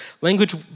Language